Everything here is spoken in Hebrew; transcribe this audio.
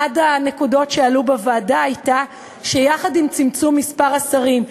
אחת הנקודות שעלו בוועדה הייתה שיחד עם צמצום מספר השרים,